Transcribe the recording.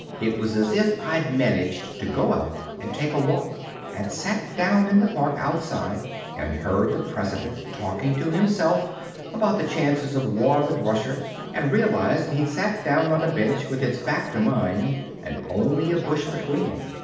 it was as if i'd managed to go out and take a walk and sat down in the park outside and heard the president talking to himself about the chances of war with russia and realized he'd sat down on a bench with its back to mine and only a bush between.